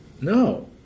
No